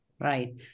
Right